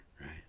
right